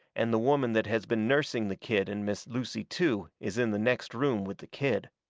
and the woman that has been nursing the kid and miss lucy too is in the next room with the kid.